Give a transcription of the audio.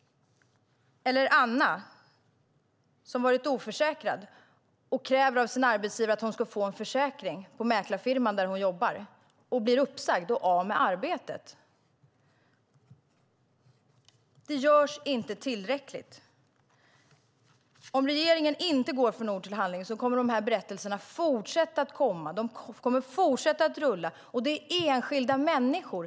Eller vi har Anna, som har varit oförsäkrad, och hon kräver av mäklarfirman där hon jobbar att hon ska få en försäkring. Hon blir uppsagd och av med arbetet. Det görs inte tillräckligt. Om inte regeringen går från ord till handling kommer berättelserna att fortsätta att rulla på. Det är fråga om enskilda människor.